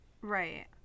Right